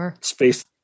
space